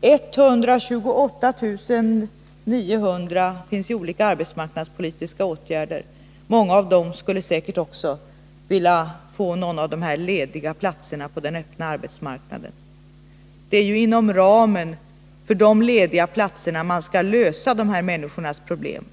och 128 900 är föremål för olika arbetsmarknadspolitiska åtgärder. Många av dessa skulle säkert vilja ha någon av de lediga platserna på den öppna arbetsmarknaden. Det är ju inom ramen för dessa lediga platser som man skall lösa de här människornas problem.